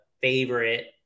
favorite